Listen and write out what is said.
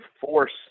force